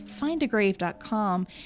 findagrave.com